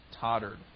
tottered